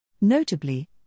Notably